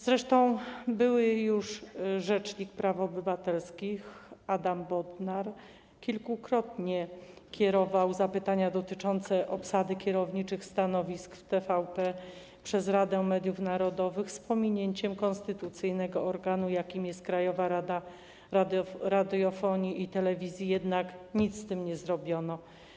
Zresztą były już rzecznik praw obywatelskich Adam Bodnar kilkukrotnie kierował zapytania dotyczące obsady kierowniczych stanowisk w TVP przez Radę Mediów Narodowych z pominięciem konstytucyjnego organu, jakim jest Krajowa Rada Radiofonii i Telewizji, jednak nic z tym nie zrobiono.